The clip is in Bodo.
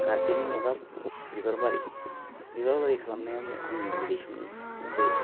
गारदेनिं एबा बिबार बारि बिबार बारि खालामनाया आंनि उन्दै समनि मोनसे